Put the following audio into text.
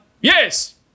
Yes